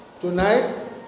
Tonight